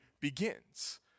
begins